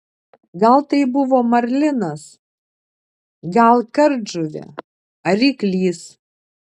gal tai buvo marlinas gal kardžuvė ar ryklys